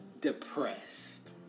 depressed